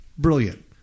Brilliant